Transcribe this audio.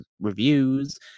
reviews